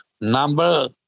number